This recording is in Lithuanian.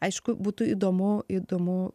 aišku būtų įdomu įdomu